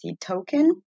token